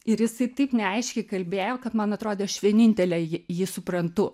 ir jisai taip neaiškiai kalbėjo kad man atrodė aš vienintelė ji jį suprantu